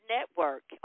Network